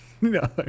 No